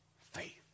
faith